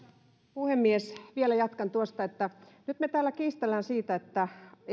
puhemies vielä jatkan tuosta että nyt me täällä kiistelemme siitä